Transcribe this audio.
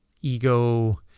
ego